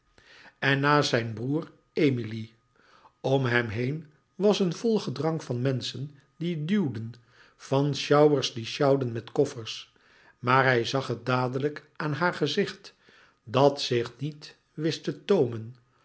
en naast zijn broêr emilie om hem heen was een vol gedrang van menschen die duwden van sjouwers die sjouwden met koffers maar hij zag het dadelijk aan haar gezicht dat zich niet wist te houden